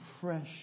fresh